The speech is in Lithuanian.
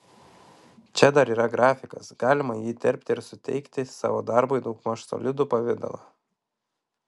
čia dar yra grafikas galima jį įterpti ir suteikti savo darbui daugmaž solidų pavidalą